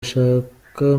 nshaka